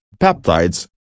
peptides